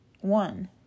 One